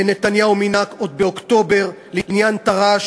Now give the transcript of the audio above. שנתניהו מינה עוד באוקטובר לעניין תר"ש,